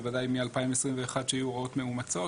בוודאי מ-2021 שהיו הוראות מאומצות.